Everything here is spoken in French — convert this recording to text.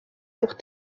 pour